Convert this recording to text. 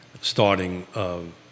starting